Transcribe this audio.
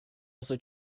also